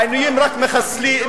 העינויים רק מחזקים,